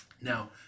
Now